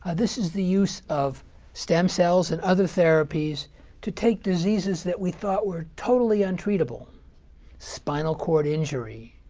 this is the use of stem cells and other therapies to take diseases that we thought were totally untreatable spinal cord injury,